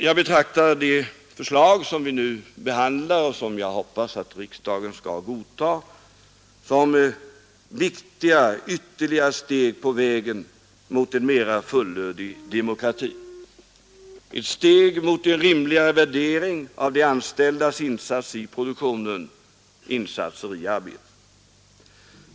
Jag betraktar de förslag vi nu behandlar och som jag hoppas att riksdagen kommer att godtaga — som viktiga steg på vägen mot en mera fullödig demokrati och mot en rimligare värdering av de anställdas insatser i produktionen och i arbetet.